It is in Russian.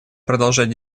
продолжать